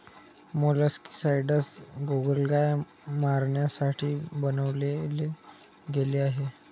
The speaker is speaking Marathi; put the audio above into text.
मोलस्कीसाइडस गोगलगाय मारण्यासाठी बनवले गेले आहे